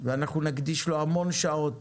ואנחנו נקדיש לו המון שעות